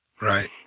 right